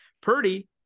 Purdy